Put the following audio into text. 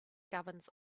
governs